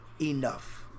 enough